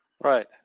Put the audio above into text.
Right